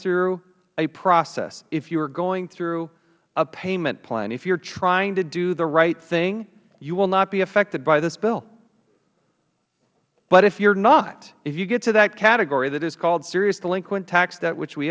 through a process if you are going through a payment plan and if you are trying to do the right thing you will not be affected by this bill but if you are not and if you get to that category that is called seriously delinquent tax debt which we